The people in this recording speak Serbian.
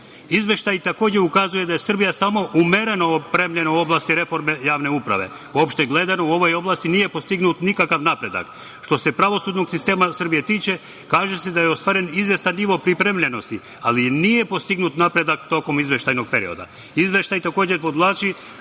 stoji. Izveštaj, takođe, ukazuje da je Srbija samo umereno opremljena u oblasti reforme javne uprave. Opšte gledano, u ovoj oblasti nije postignut nikakav napredak. Što se pravosudnog sistema u Srbiji tiče, kaže se da je ostvaren izvestan nivo pripremljenosti, ali nije postignut napredak tokom izveštajnog perioda. Izveštaj, takođe, podvlači